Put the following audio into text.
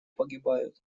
погибают